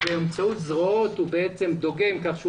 עומד ובאמצעות זרועות הדוגם בעצם דוגם כך שהוא